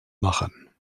machen